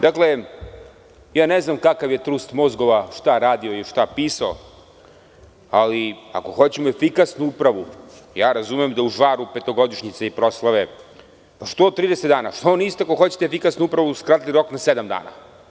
Dakle, ne znam kakav je trust mozgova pisao zakon, ali ako hoćemo efikasnu upravu, razumem da u žaru petogodišnjice i proslave, što 30 dana, što niste ako hoćete efikasnu upravu, skratili rok na sedam dana.